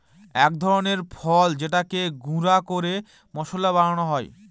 এক ধরনের ফল যেটাকে গুঁড়া করে মশলা বানানো হয়